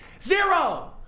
Zero